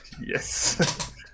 Yes